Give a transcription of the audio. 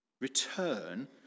Return